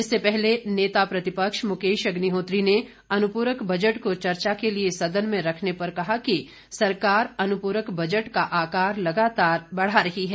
इससे पहले नेता प्रतिपक्ष मुकेश अग्निहोत्री ने अनुपूरक बजट को चर्चा के लिए सदन में रखने पर कहा कि सरकार अनुपूरक बजट का आकार लगातार बढ़ा रही है